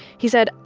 he said,